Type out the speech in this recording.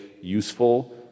useful